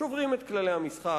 שוברים את כללי המשחק,